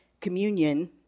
communion